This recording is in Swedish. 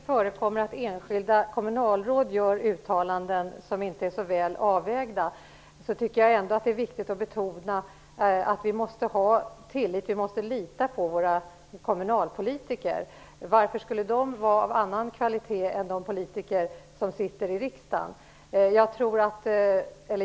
Herr talman! Även om det förekommer att enskilda kommunalråd gör uttalanden som inte är så väl avvägda är det ändå viktigt att betona att vi måste lita på våra kommunalpolitiker. Varför skulle de ha en annan kvalitet än de politiker som sitter i riksdagen?